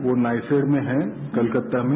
यो NISER में हैं कोलकाता में